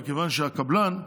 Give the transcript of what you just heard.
מכיוון שהקבלן,